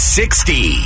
sixty